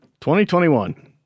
2021